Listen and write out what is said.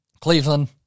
Cleveland